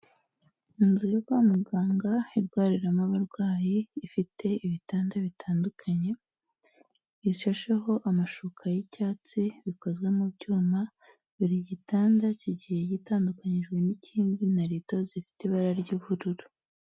Inzo yo kwa muganga, irwariramo abarwayi, ifite ibitanda bitandukanye, ishasheho amashuka y'icyatsi, bikozwe mu byuma, buri gitanda kigiye gitandukanyijwe n'ikindi na rido zifite ibara ry'ubururu.